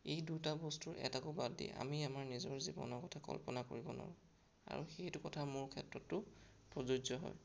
এই দুটা বস্তুৰ এটাকো বাদ দি আমি আমাৰ নিজৰ জীৱনৰ কথা কল্পনা কৰিব নোৱাৰোঁ আৰু সেইটো কথা মোৰ ক্ষেত্ৰতো প্ৰযোজ্য হয়